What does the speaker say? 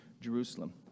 Jerusalem